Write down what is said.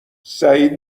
سعید